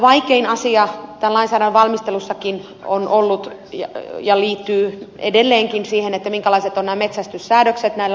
vaikein asia tämän lainsäädännön valmistelussakin on ollut ja liittyy edelleenkin siihen minkälaiset ovat metsästyssäädökset näillä luonnonsuojelualueilla